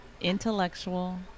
intellectual